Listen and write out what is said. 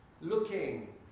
looking